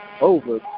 over